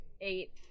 Eight